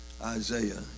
Isaiah